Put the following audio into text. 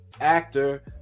actor